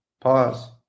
Pause